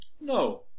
No